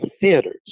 theaters